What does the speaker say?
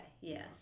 yes